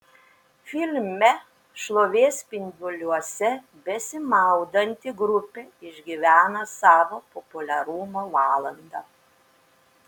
filme šlovės spinduliuose besimaudanti grupė išgyvena savo populiarumo valandą